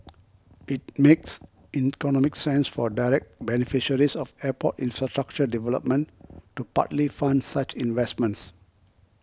it makes economic sense for direct beneficiaries of airport infrastructure development to partly fund such investments